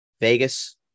Vegas